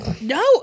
No